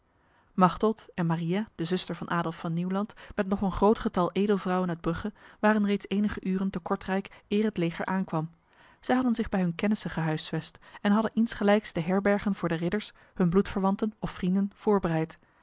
machteld en maria de zuster van adolf van nieuwland met nog een groot getal edelvrouwen uit brugge waren reeds enige uren te kortrijk eer het leger aankwam zij hadden zich bij hun kennissen gehuisvest en hadden insgelijks de herbergen voor de ridders hun bloedverwanten of vrienden voorbereid